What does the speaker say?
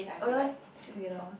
oh you all sleep together ah